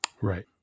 Right